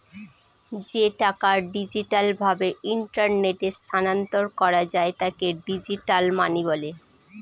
যে টাকা ডিজিটাল ভাবে ইন্টারনেটে স্থানান্তর করা যায় তাকে ডিজিটাল মানি বলে